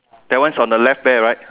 that one's on the left bear right